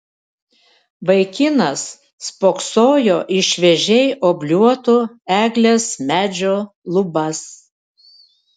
vaikinas spoksojo į šviežiai obliuoto eglės medžio lubas